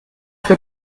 für